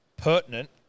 Pertinent